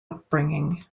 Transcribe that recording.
upbringing